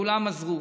כולם עזרו.